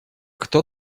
кто